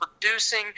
producing